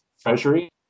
Treasury